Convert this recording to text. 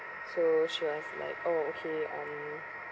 so she was like oh okay um